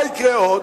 מה יקרה עוד?